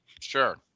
Sure